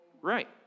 Right